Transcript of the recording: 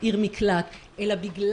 ושוב,